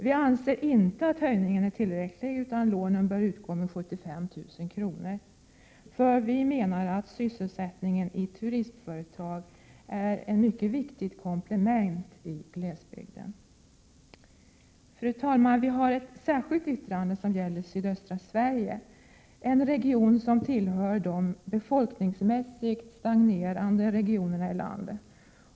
Vi anser inte att höjningen är tillräcklig utan lånen bör utgå med 75 000 kr., för vi menar att sysselsättningen i turismföretag utgör ett mycket viktigt komplement i glesbygden. Fru talman! Vi har ett särskilt yttrande som gäller sydöstra Sverige, en region som tillhör de befolkningsmässigt stagnerande regionerna i landet.